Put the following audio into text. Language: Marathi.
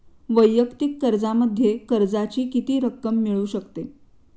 वैयक्तिक कर्जामध्ये कर्जाची किती रक्कम मिळू शकते?